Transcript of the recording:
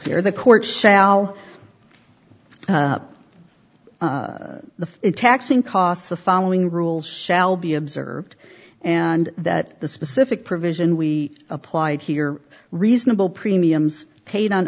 here the court shall up the taxing costs the following rules shall be observed and that the specific provision we applied here reasonable premiums paid on